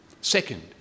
Second